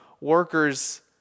workers